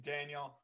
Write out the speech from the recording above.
Daniel